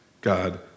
God